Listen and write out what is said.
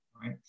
right